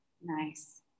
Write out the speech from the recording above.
Nice